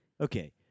Okay